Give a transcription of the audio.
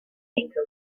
anchor